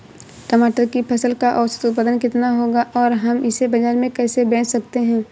टमाटर की फसल का औसत उत्पादन कितना होगा और हम इसे बाजार में कैसे बेच सकते हैं?